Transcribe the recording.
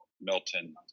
Milton